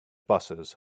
busses